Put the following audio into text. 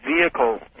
vehicle